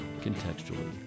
contextually